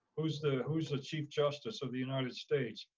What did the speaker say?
who's the who's the chief justice of the united states?